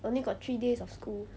I only got three days of school